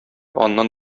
аннан